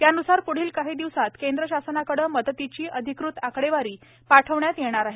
यानुसार पुढील काही दिवसात केंद्र शासनाकडे मदतीची अधिकृत आकडेवारी पाठविली जाणार आहे